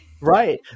right